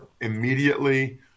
immediately